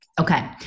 Okay